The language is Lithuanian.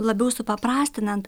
labiau supaprastinant